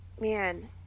man